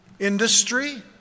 industry